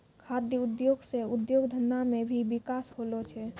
खाद्य उद्योग से उद्योग धंधा मे भी बिकास होलो छै